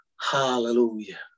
Hallelujah